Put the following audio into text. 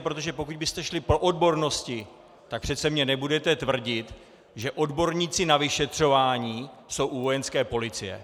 Protože pokud byste šli po odbornosti, tak přece mi nebudete tvrdit, že odborníci na vyšetřování jsou u Vojenské policie.